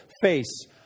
face